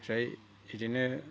जाय बिदिनो